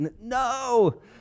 No